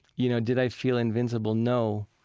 you know, did i feel invincible? no.